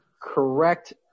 correct